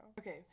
Okay